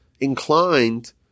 inclined